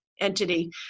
entity